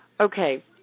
Okay